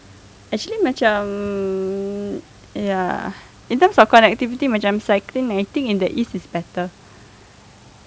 actually macam ya in terms of connectivity macam cycling I think in the east is better